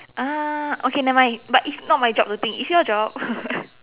uh okay nevermind but it's not my job to think it's your job